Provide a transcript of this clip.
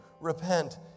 repent